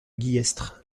guillestre